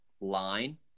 line